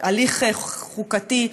הליך חוקתי,